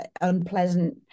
unpleasant